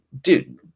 dude